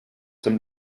dem